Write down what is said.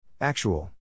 Actual